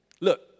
look